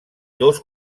dos